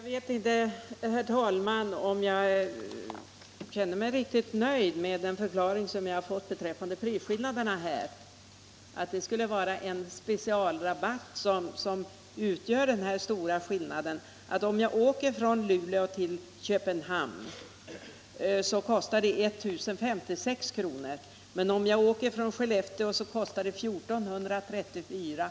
Herr talman! Jag känner mig inte riktigt nöjd med den förklaring som jag här fick, alltså att den stora skillnaden i pris skulle bero på en speciell rabatt. Om jag alltså flyger från Luleå till Köpenhamn, så kostar det 1056 kr., men om jag flyger från Skellefteå till Köpenhamn så kostar det 1434 kr.